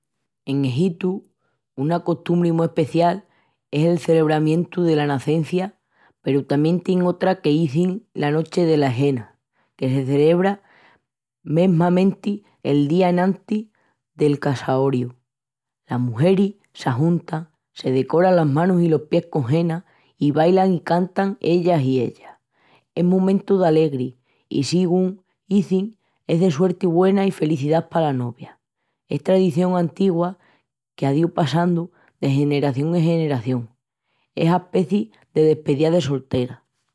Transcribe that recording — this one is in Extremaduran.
En Egitu una costumbri mu especial es el celebramientu dela nacencia peru tamién tienin otra que l'izin la nochi dela henna, que se celebra mesmamenti el día enantis del casoriu. Las mugeris s'ajuntan, se decoran las manos i los pies con henna i bailan i cantan ellas i ellas. Es momentu d'alegri i sigún izin es de suerti güena i felicidá pala novia. Es tradicion antigua qu'á díu passandu de generación en generación. Es aspeci de despeía de soltera.